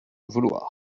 vouloir